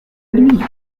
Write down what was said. nuit